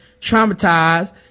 traumatized